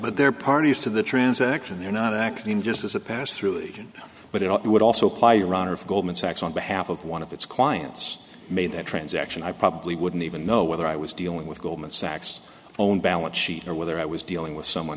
are parties to the transaction they're not acting just as a pass through agent but it would also apply your honor if goldman sachs on behalf of one of its clients made that transaction i probably wouldn't even know whether i was dealing with goldman sachs own balance sheet or whether i was dealing with someone